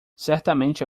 certamente